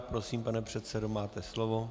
Prosím, pane předsedo, máte slovo.